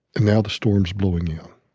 and now the storm's blowing in.